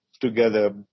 together